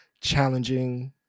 challenging